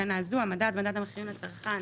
בתקנה זו המדד מדד המחירים לצרכן,